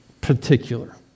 particular